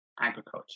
agriculture